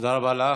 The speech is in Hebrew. תודה רבה לך.